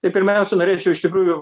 tai pirmiausia norėčiau iš tikrųjų